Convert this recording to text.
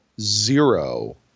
zero